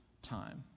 time